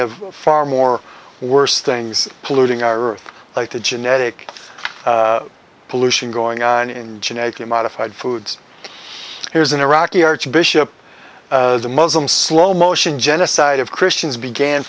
have far more worse things polluting our earth like the genetic pollution going on in genetically modified foods here's an iraqi archbishop the muslim slow motion genocide of christians began